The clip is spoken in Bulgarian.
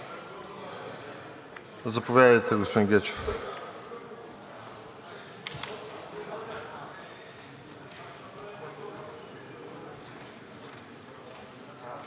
Заповядайте, господин Гечев.